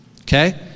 Okay